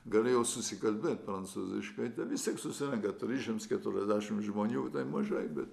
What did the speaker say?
galėjau susikalbėt prancūziškai vis tiek susirenka trisdešimt keturiasdešimt žmonių tai mažai bet